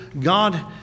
God